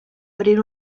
abrir